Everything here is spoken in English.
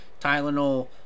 Tylenol